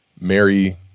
Mary